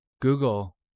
Google